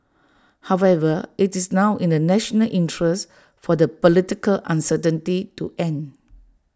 however IT is now in the national interest for the political uncertainty to end